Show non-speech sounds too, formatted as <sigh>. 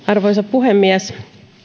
<unintelligible> arvoisa puhemies